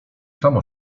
samo